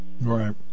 Right